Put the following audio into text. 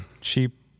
cheap